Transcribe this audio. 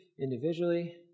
individually